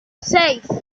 seis